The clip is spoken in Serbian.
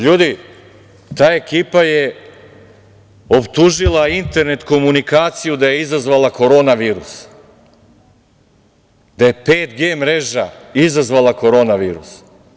Ljudi, ta ekipa je optužila internet komunikaciju da je izazvala korona virus, da je 5G mreža izazvala korona virus.